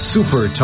Super